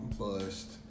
bust